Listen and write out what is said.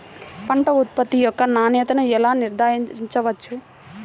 పంట ఉత్పత్తి యొక్క నాణ్యతను ఎలా నిర్ధారించవచ్చు?